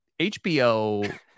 HBO